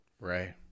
Right